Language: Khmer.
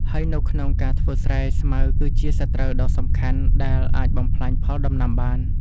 ហើយនៅក្នុងការធ្វើស្រែ ស្មៅគឺជាសត្រូវដ៏សំខាន់ដែលអាចបំផ្លាញផលដំណាំបាន។